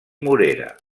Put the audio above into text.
morera